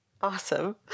Awesome